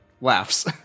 Laughs